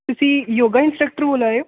तुस yoga instructor बोल्ला दे ओ